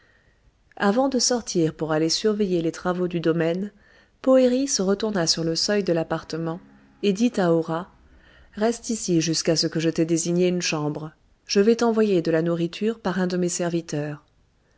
avant de sortir pour aller surveiller les travaux du domaine poëri se retourna sur le seuil de l'appartement et dit à hora reste ici jusqu'à ce que je t'aie désigné une chambre je vais t'envoyer de la nourriture par un de mes serviteurs